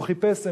הוא חיפש אמונה,